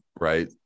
right